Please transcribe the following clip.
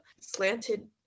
slanted